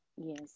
Yes